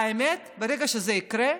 האמת, ברגע שזה יקרה,